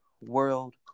world